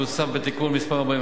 שהוסף בתיקון מס' 41,